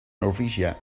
norwegia